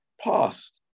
past